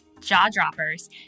jaw-droppers